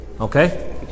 okay